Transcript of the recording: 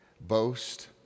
boast